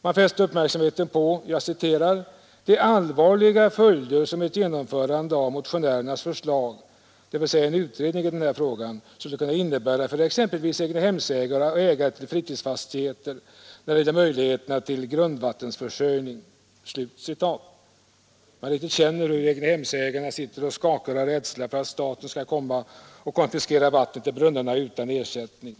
Man fäste uppmärksamheten på ”de allvarliga följder som ett genomförande av motionärernas förslag” — dvs. en utredning av frågan — ”skulle kunna innebära för exempelvis egnahemsägarna och ägarna till fritidshus när det gäller möjligheterna till grundvattenförsörjning”. Man riktigt känner hur egnahemsägarna sitter och skakar av rädsla för att staten skall komma och konfiskera vattnet i brunnen utan ersättning.